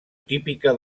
típica